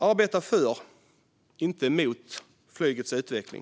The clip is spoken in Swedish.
Arbeta för, inte emot flygets utveckling!